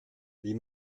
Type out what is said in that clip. wie